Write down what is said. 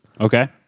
Okay